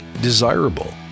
desirable